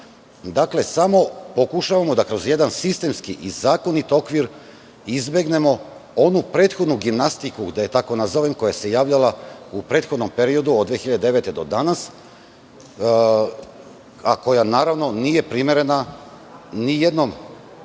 36.000. Samo pokušavamo da kroz jedan sistemski i zakonit okvir izbegnemo onu prethodnu gimnastiku, da je tako nazovem, koja se javljala u prethodnom periodu od 2009. godine do danas, a koja, naravno, nije primerena ni jednom